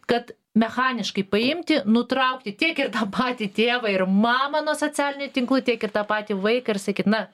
kad mechaniškai paimti nutraukti tiek ir tą patį tėvą ir mamą nuo socialinių tinklų tiek ir tą patį vaiką ir sakyt na